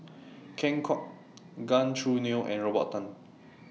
Ken Kwek Gan Choo Neo and Robert Tan